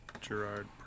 gerard